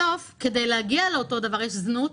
בסוף, כדי להגיע לאותו דבר יש זנות,